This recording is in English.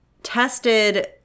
tested